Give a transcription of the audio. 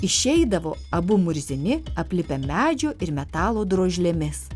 išeidavo abu murzini aplipę medžio ir metalo drožlėmis